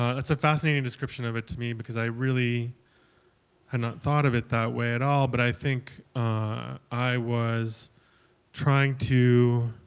it's a fascinating description of it to me because i really had not thought of it that way at all, but i think i was trying to